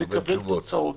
לקבל תוצאות.